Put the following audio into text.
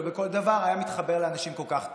בכל דבר היה מתחבר לאנשים כל כך טוב,